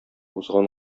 узган